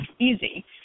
easy